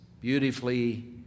beautifully